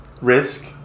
Risk